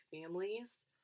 families